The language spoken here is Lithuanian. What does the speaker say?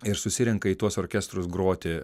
ir susirenka į tuos orkestrus groti